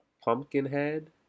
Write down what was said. Pumpkinhead